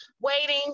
waiting